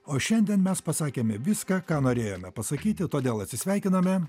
o šiandien mes pasakėme viską ką norėjome pasakyti todėl atsisveikiname